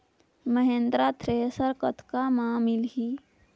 Mahindra thresher कतका म मिलही?